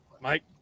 mike